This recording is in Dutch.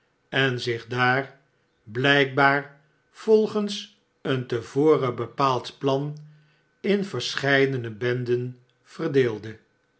en zich daar blijkbaar volgens een te voren bepaald plan in verscheidene benden verdeelde